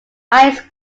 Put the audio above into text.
ice